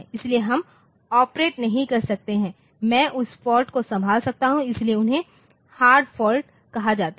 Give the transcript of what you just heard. इसलिए हम ऑपरेट नहीं कर सकते हैं मैं उस फाल्ट को संभाल सकता हूं इसलिए उन्हें हार्ड फाल्ट कहा जाता है